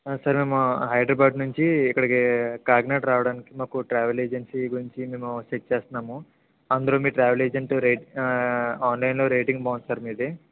sir మేము హైదరాబాదు నుంచి ఇక్కడికి కాకినాడ రావడానికి మాకు ట్రావెల్ ఏజెన్సీ గురించి మేము సెర్చ్ చేస్తున్నాము అందులో మీ ట్రావెల్ ఏజెంట్ రేట్ ఆన్లైన్లో రేటింగ్ బాగుంది సార్ మీది